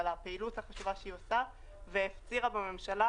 על הפעילות החשובה שהיא עושה והפצירה בממשלה